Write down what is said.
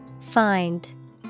Find